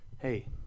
Hey